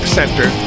center